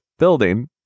building